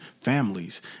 families